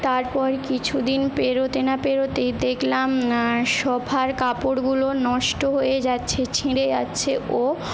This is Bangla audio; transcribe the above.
তারপর কিছুদিন পেরোতে না পেরোতেই দেখলাম না সোফার কাপড়গুলো নষ্ট হয়ে যাচ্ছে ছিঁড়ে যাচ্ছে ও